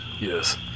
Yes